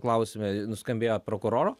klausime nuskambėjo prokuroro